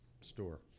store